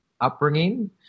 upbringing